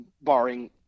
barring